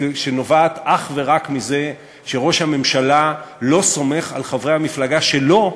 שנובעת אך ורק מזה שראש הממשלה לא סומך על חברי המפלגה שלו,